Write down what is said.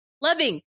Loving